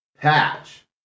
patch